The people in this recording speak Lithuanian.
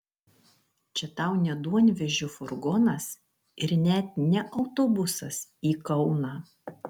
čia tau ne duonvežio furgonas ir net ne autobusas į kauną